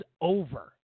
over